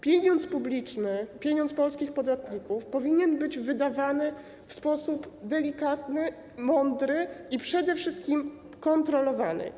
Pieniądz publiczny, pieniądz polskich podatników powinien być wydawany w sposób delikatny, mądry i przede wszystkim kontrolowany.